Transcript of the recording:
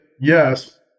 yes